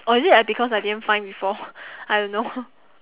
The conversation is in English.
or is it I because I didn't find before I don't know